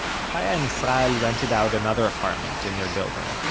chaya and yisrael rented out another apartment in their building,